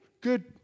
Good